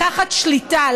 לקחת שליטה,